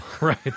Right